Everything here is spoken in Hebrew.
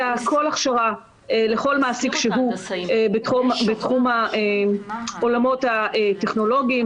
כל הכשרה לכל מעסיק שהוא בתחום העולמות הטכנולוגיים,